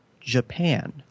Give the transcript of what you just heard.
Japan